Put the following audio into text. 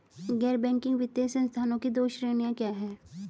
गैर बैंकिंग वित्तीय संस्थानों की दो श्रेणियाँ क्या हैं?